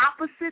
opposite